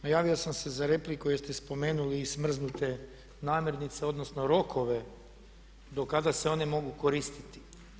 No javio sam se za repliku jer ste spomenuli i smrznute namirnice odnosno rokove do kada se oni mogu koristiti.